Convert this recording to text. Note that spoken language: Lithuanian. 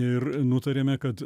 ir nutarėme kad